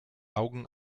augen